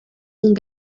und